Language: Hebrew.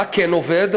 מה כן עובד?